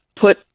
put